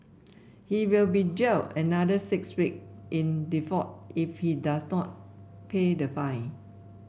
he will be jailed another six week in default if he does not pay the fine